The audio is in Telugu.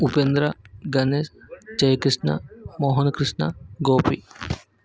ఉపేంద్ర గణేష్ జైకృష్ణ మోహనకృష్ణ గోపి